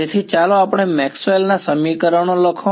તેથી ચાલો આપણા મેક્સવેલ Maxwell's ના સમીકરણો લખો